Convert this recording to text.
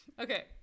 Okay